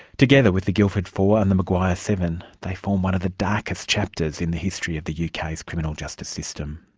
together with the guildford four and the maguire seven, they form one of the darkest chapters in the history of the uk's criminal justice system.